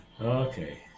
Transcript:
Okay